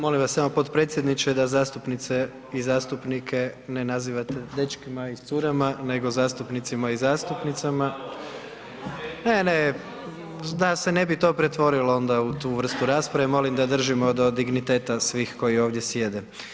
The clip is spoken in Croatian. Molim vas samo potpredsjedniče da zastupnice i zastupnike ne nazivate dečkima i curama nego zastupnicima i zastupnicama. … [[Upadica sa strane, ne razumije se.]] Ne, ne, da se ne bi to pretvorilo onda u tu vrstu rasprave, molim da držimo do digniteta svih koji ovdje sjede.